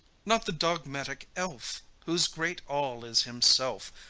not the dogmatic elf, whose great all is himself,